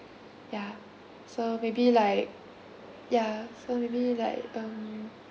yeah so maybe like yeah so maybe like um